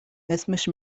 اسمش